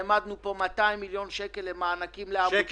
העמדנו פה 200 מיליון שקל של מענקים לעמותות.